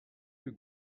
you